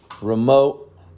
remote